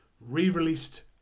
re-released